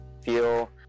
feel